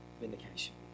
vindication